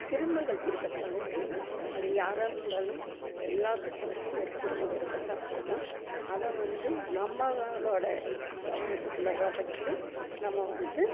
சிரமங்கள் இருக்க தாங்க செய்யும் அது யாராக இருந்தாலும் எல்லாத்துக்குமே ஒரு சிரமம் இருக்கத்தான் செய்யும் அதை வந்து நம்மளளோடய கவனத்துக்குள்ளே தான் வச்சு நம்ம வந்து